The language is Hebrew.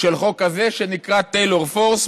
של חוק כזה שנקרא Taylor Force,